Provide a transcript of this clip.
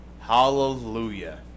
Hallelujah